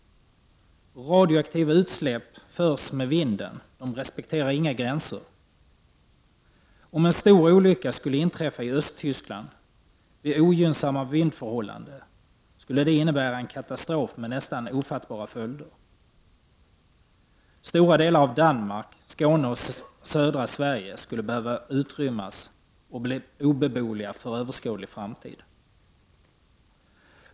Radioaktiva utsläpp förs med vinden, de respekterar inga gränser. Om en stor olycka skulle inträffa i Östtyskland vid ogynnsamma vindförhållanden skulle det innebära en katastrof med nästan ofattbara följder. Stora delar av Danmark, Skåne och södra Sverige skulle behöva utrymmas och bli obeboeliga för oöverskådlig framtid.